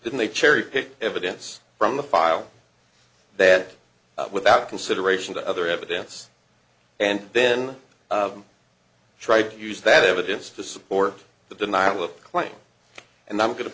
didn't they cherry pick evidence from the file that without consideration to other evidence and then try to use that evidence to support the denial of claim and i'm going to